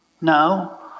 No